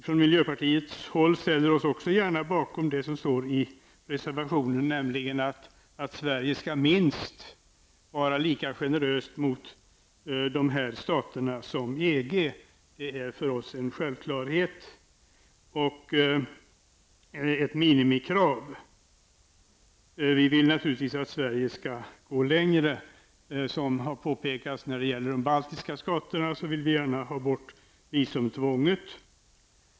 Från miljöpartiets håll ställer vi oss gärna bakom det som står i reservationen, nämligen att Sverige skall minst vara lika generöst mot dessa baltiska stater som mot EG. Det är för oss en självklarhet, ett minimikrav. Vi vill naturligtvis att Sverige skall gå längre. Som här påpekats när det gäller de baltiska staterna vill vi gärna ha bort visumtvånget.